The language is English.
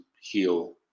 heal